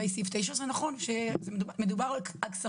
לגבי סעיף 9 זה נכון שמדובר על כספים.